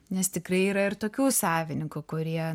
nes tikrai yra ir tokių savininkų kurie